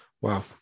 Wow